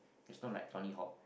it's not like Tony-Hawk